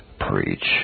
preach